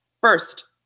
First